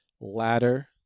ladder